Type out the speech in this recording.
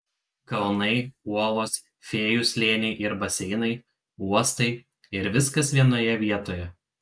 kalnai uolos fėjų slėniai ir baseinai uostai ir viskas vienoje vietoje